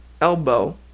Elbow